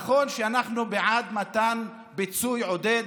נכון שאנחנו בעד מתן פיצוי לעסקים,